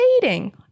Dating